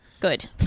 Good